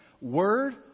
word